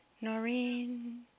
Noreen